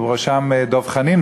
ובראשם דב חנין,